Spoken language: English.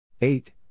Eight